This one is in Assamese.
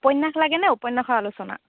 উপন্যাস লাগে নে উপন্যাসৰ আলোচনা